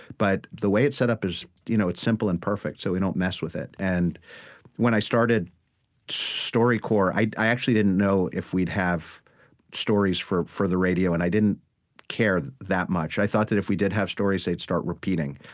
but the way it's set up is you know it's simple and perfect, so we don't mess with it. and when i started storycorps, i i actually didn't know if we'd have stories for for the radio. and i didn't care that much. i thought that if we did have stories, they'd start repeating,